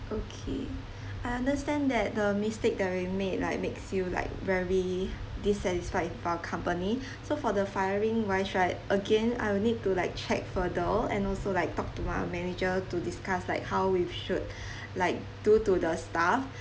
okay I understand that the mistake that we made like makes you like very dissatisfied with our company so for the firing wise should again I'll need to like check further and also like talk to our manager to discuss like how we should like do to the staff